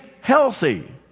healthy